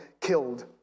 killed